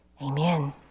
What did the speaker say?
Amen